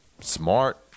Smart